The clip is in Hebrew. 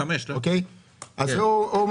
יואב אמר